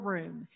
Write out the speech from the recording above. Room